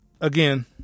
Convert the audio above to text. again